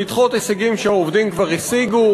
לדחות הישגים שהעובדים כבר השיגו.